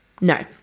No